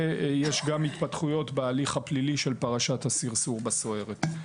ויש גם התפתחויות בהליך הפלילי של פרשת הסרסור בסוהרת.